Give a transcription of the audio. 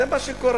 זה מה שקורה.